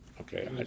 Okay